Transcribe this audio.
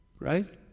Right